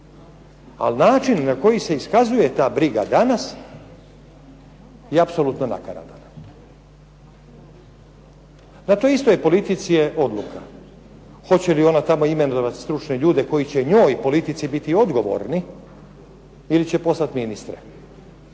Ali način na koji se iskazuje ta briga danas je apsolutno nakaradna. Na toj istoj politici je odluka hoće li ona tamo imenovati stručne ljude koji će njoj, politici biti odgovorni ili će poslati ministre.